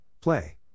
play